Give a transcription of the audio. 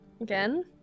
Again